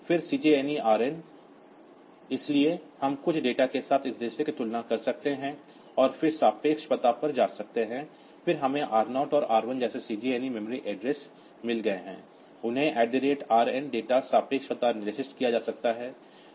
फिर CJNE Rn इसलिए हम कुछ डेटा के साथ इस रजिस्टर की तुलना कर सकते हैं और फिर रिलेटिव पते पर जा सकते हैं फिर हमें R 0 और R 1 जैसे CJNE मेमोरी एड्रेस मिल गए हैं उन्हें Rn डेटा रिलेटिव पता निर्दिष्ट किया जा सकता है